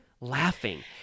laughing